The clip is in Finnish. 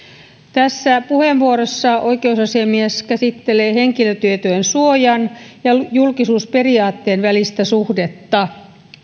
tässä puheenvuorossa oikeusasiamies käsittelee henkilötietojen suojan ja julkisuusperiaatteen välistä suhdetta